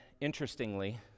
interestingly